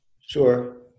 Sure